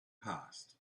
passed